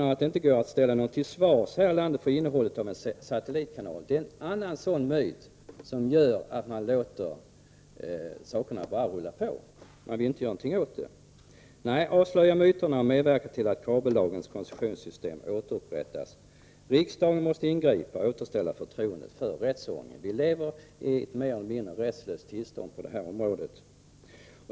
Att det inte går att ställa någon till svars här i landet för innehållet i en satellitkanal är en annan av de myter som gör att man låter sakerna bara rulla på och inte gör någonting åt det. Nej, avslöja myterna och medverka till att kabellagens koncessionssystem återupprättas. Riksdagen måste ingripa och återställa förtroendet för rättsordningen. Vi lever nu i ett mer eller mindre rättslöst tillstånd på detta område.